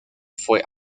fue